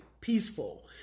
peaceful